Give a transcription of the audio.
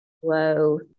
Whoa